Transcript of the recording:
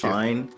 fine